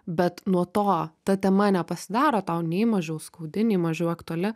bet nuo to ta tema nepasidaro tau nei mažiau skaudi nei mažiau aktuali